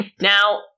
Now